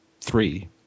three